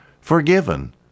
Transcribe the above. forgiven